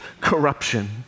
corruption